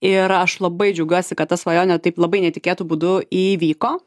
ir aš labai džiaugiuosi kad ta svajonė taip labai netikėtu būdu įvyko